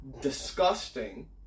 Disgusting